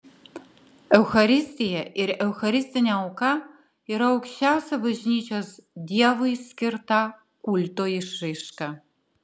eucharistija ir eucharistinė auka yra aukščiausia bažnyčios dievui skirta kulto išraiška